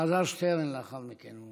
אלעזר שטרן לאחר מכן.